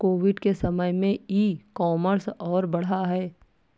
Covid के समय में ई कॉमर्स और बढ़ा है